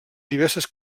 diverses